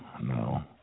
No